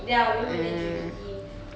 ya we were the junior team